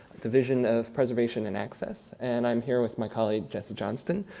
division of preservation and access. and i'm here with my colleague, jesse johnston,